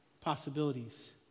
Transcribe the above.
possibilities